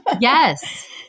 Yes